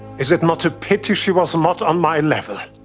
is it not a pity she was not on my level?